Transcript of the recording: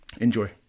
Enjoy